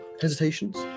Hesitations